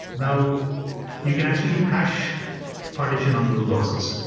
now you can actually hash partition on those boxes.